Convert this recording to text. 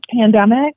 pandemic